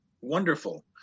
wonderful